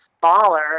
smaller